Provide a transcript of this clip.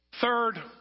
Third